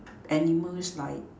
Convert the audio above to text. animals like